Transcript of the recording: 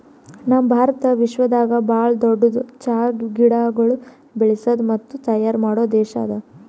ನಮ್ ಭಾರತ ವಿಶ್ವದಾಗ್ ಭಾಳ ದೊಡ್ಡುದ್ ಚಹಾ ಗಿಡಗೊಳ್ ಬೆಳಸದ್ ಮತ್ತ ತೈಯಾರ್ ಮಾಡೋ ದೇಶ ಅದಾ